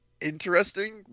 interesting